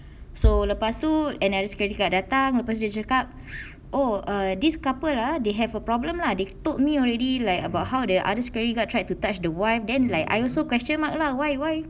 so lepas tu another security guard datang lepas tu dia cakap oh err this couple lah they have a problem lah they told me already like about how the other security guard tried to touch the wife then like I also question mark lah why why